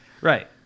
Right